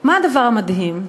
מה הדבר המדהים?